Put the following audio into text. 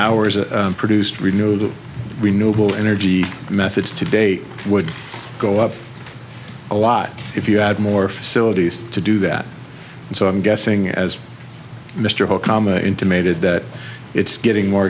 hours a produced renewed renewable energy methods to date would go up a lot if you add more facilities to do that so i'm guessing as mr hall common intimated that it's getting more